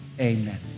amen